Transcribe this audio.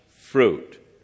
fruit